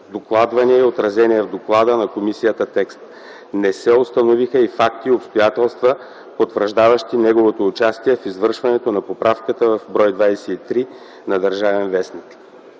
докладвания и отразения в доклада на комисията текст. Не се установиха и факти и обстоятелства, потвърждаващи негово участие в извършването на поправката в бр. 23 на „Държавен вестник”.